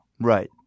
Right